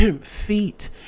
feet